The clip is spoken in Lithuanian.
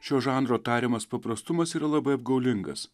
šio žanro tariamas paprastumas yra labai apgaulingas